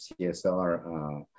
CSR